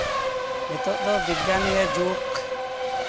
ᱱᱤᱛᱳᱜ ᱫᱚ ᱵᱤᱜᱽᱜᱟᱱᱤᱭᱟᱹ ᱡᱩᱜᱽ